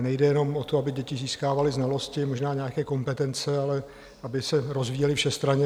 Nejde jenom o to, aby děti získávaly znalosti, možná nějaké kompetence, ale aby se rozvíjely všestranně.